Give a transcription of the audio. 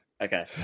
Okay